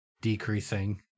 decreasing